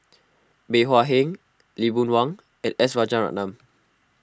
Bey Hua Heng Lee Boon Wang and S Rajaratnam